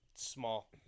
small